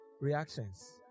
reactions